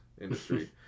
industry